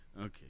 Okay